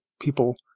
people